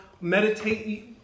meditate